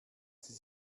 sie